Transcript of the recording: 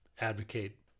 advocate